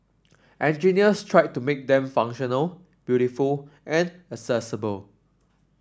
engineers tried to make them functional beautiful and accessible